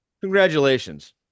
Congratulations